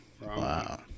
wow